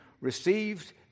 received